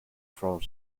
front